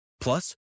Plus